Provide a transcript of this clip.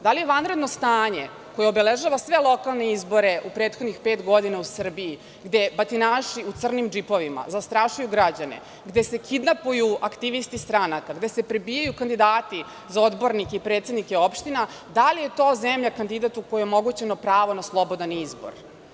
Da li je vanredno stanje koje obeležava sve lokalne izbore u prethodnih pet godina u Srbiji gde batinaši u crnim džipovima, zastrašuju građane, gde se kidnapuju aktivisti stranaka, gde se prebijaju kandidati za odbornike i predsednike opština, da li je to zemlja kandidat u kojoj je omogućeno pravo na slobodan izbor.